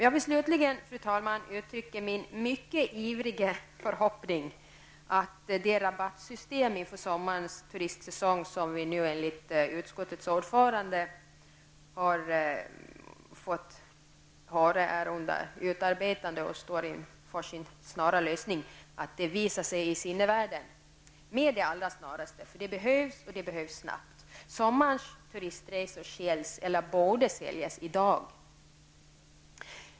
Jag vill slutligen, fru talman, uttrycka min mycket ivriga förhoppning att det rabattsystem inför sommarens turistsäsong som enligt vad utskottets ordförande nu sagt är under utarbetande, visar sig i sinnevärlden med det allra snaraste. Det behövs, och det behövs snabbt. Sommarens turistresor säljs, eller borde säljas, i dag.